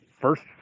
first